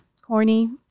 corny